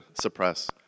suppress